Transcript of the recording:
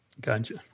Gotcha